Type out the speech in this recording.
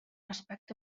aspecte